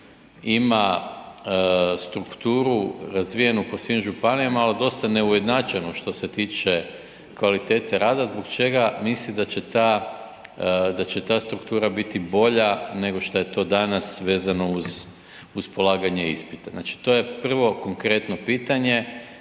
ima strukturu razvijenu po svim županija, ali dosta neujednačenu što se tiče kvalitete rada, zbog čega misli da će ta struktura biti bolja nego što je to dana vezano uz polaganje ispita. Znači, to je prvo konkretno pitanje